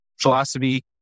philosophy